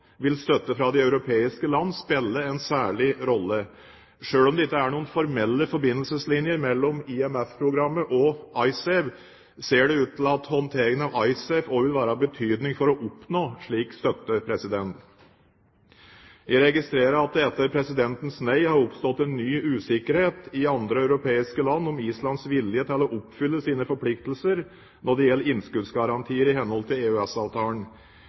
vil støtte fra de europeiske land spille en særlig rolle. Selv om det ikke er noen formelle forbindelseslinjer mellom IMF-programmet og IceSave, ser det ut til at håndteringen av IceSave også vil være av betydning for å oppnå slik støtte. Jeg registrerer at det etter presidentens nei har oppstått en ny usikkerhet i andre europeiske land om Islands vilje til å oppfylle sine forpliktelser når det gjelder innskuddsgarantier i henhold til